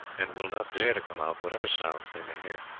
and will not dare to come out whatever sounds they may hear.